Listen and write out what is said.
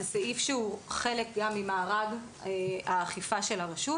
זה סעיף שהוא חלק ממארג האכיפה של הרשות.